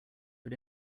but